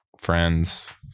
friends